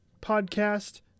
Podcast